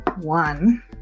one